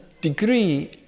degree